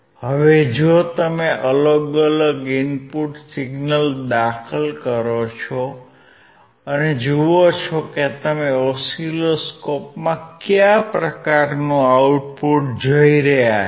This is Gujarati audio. હવે જો તમે અલગ અલગ ઇનપુટ સિગ્નલ લાગુ કરો અને જુઓ કે તમે ઓસિલોસ્કોપમાં કયા પ્રકારનું આઉટપુટ જોઈ શકો છો